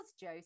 Joe